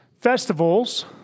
festivals